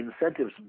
Incentives